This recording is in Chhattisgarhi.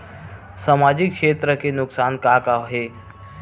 सामाजिक क्षेत्र के नुकसान का का हे?